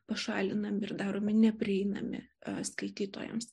pašalinami ir daromi neprieinami skaitytojams